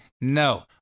No